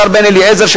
השר בן-אליעזר,